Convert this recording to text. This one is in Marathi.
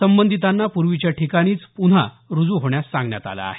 संबंधितांना पूर्वीच्या ठिकाणी पुन्हा रुजू होण्यास सांगण्यात आलं आहे